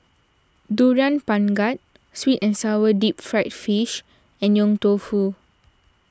Durian Pengat Sweet and Sour Deep Fried Fish and Yong Tau Foo